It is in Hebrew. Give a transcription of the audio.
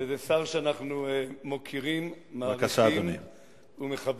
שר שאנחנו מוקירים, מעריכים ומכבדים.